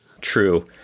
True